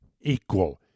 equal